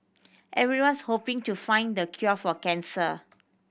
everyone's hoping to find the cure for cancer